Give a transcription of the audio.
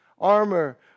armor